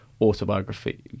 autobiography